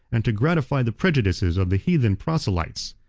and to gratify the prejudices of the heathen proselytes.